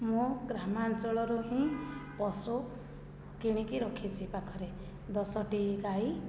ମୁଁ ଗ୍ରାମାଞ୍ଚଳରୁ ହିଁ ପଶୁ କିଣିକି ରଖିଛି ପାଖରେ ଦଶଟି ଗାଈ